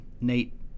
Nate